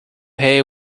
hay